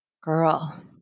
girl